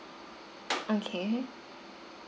okay